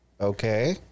Okay